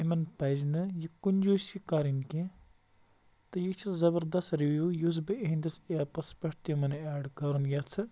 یِمَن پَزِ نہٕ یہِ کۅنجوسی کَرٕنۍ کیٚنٛہہ تہٕ یہِ چھُ زَبردَس رِوِو یُس بہٕ یِہِنٛدِس ایپَس پٮ۪ٹھ تِمَن اٮ۪ڈ کَرُن یَژھٕ